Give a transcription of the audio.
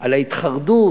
על ההתחרדות,